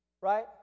right